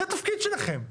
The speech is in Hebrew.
זה התפקיד שלכם,